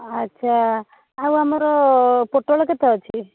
ଆଚ୍ଛା ଆଉ ଆମର ପୋଟଳ କେତେ ଅଛି